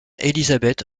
élisabeth